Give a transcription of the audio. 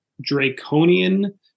draconian